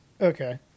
Okay